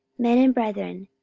men and brethren,